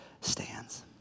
stands